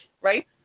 right